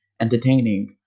entertaining